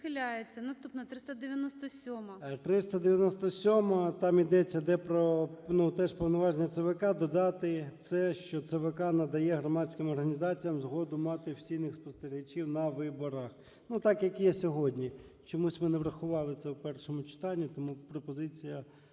17:39:33 ЧЕРНЕНКО О.М. 397-а, там ідеться, де про теж повноваження ЦВК, додати те, що ЦВК "надає громадським організаціям згоду мати офіційних спостерігачів на виборах", – так, як є сьогодні. Чомусь ми не врахували це в першому читанні. Тому пропозиція